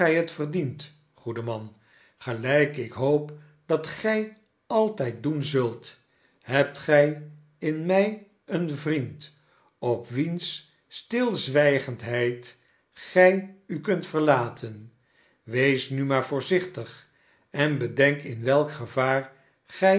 het verdient goede man gelijk ik hoop dat gij altijd doen zult hebt gij in mij een vriend op wiens stilzwijgendheid gij u kunt verlaten wees nu maar voorzichtig en bedenk in welk gevaar gij